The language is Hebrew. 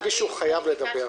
מישהו ידע?